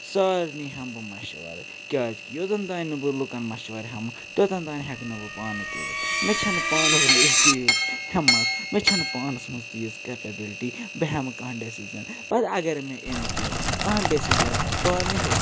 سارنی ہٮ۪مہٕ بہٕ مشوَرٕ کیٛازِ کہِ یوٚتن تام نہٕ بہٕ لُکن مشوَر ہٮ۪مہٕ توٚتن تام ہٮ۪کہٕ نہٕ بہٕ پانہٕ کٔرِتھ مےٚ چھَنہٕ پانس منٛز تیٖژ ہٮ۪متھ مےٚ چھَنہٕ پانَس منٛز تیٖژ کٮ۪پبلٹی بہٕ ہٮ۪مہٕ کانٛہہ ڈٮ۪سِجن پتہٕ اگر مےٚ اِن کیس کانٛہہ ڈٮ۪سِجن پانہٕ ہیوٚت